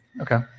Okay